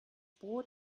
brot